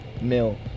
mil